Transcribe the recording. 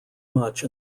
much